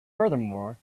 furthermore